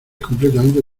completamente